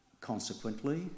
Consequently